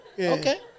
Okay